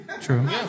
true